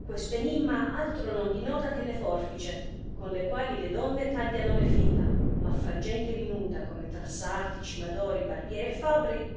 questo enimma altro non dinota che le forfice con le quali le donne tagliano le fila ma fra gente minuta come tra sarti cimadori barbieri e fabri